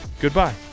goodbye